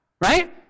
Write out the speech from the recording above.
Right